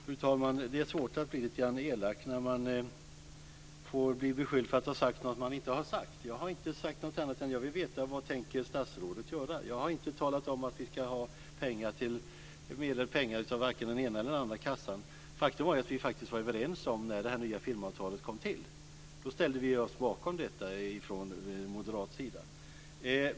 Fru talman! Det är svårt att inte bli lite grann elak när man blir beskylld för att ha sagt något som man inte har sagt. Jag har inte sagt något annat än att jag vill veta vad statsrådet tänker göra. Jag har inte talat om att vi ska ha mer pengar till vare sig den ena eller den andra kassan. Faktum är att vi faktiskt var överens när det nya filmavtalet kom till. Då ställde vi oss bakom detta från moderat sida.